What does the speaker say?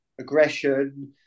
aggression